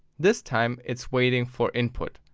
this time it's waiting for input,